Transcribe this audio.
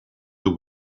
the